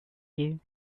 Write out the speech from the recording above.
you